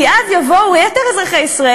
כי אז יבואו יתר אזרחי ישראל,